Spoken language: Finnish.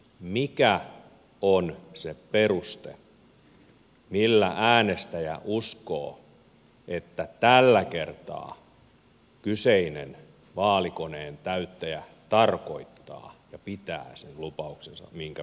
mikä on se peruste millä äänestäjä uskoo että tällä kertaa kyseinen vaalikoneen täyttäjä tarkoittaa ja pitää sen lupauksensa minkä vaalikoneessa antaa